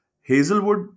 hazelwood